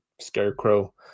Scarecrow